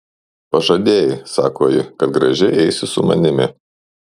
pažadėjai sako ji kad gražiai eisi su manimi